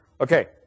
Okay